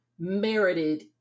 merited